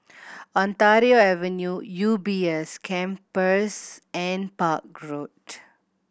Ontario Avenue U B S Campus and Park Road